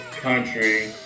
country